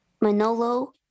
Manolo